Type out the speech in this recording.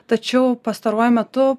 tačiau pastaruoju metu